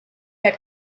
had